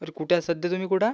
अरे कुठे आहे सध्या तुम्ही कुठे आहे